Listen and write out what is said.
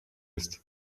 ist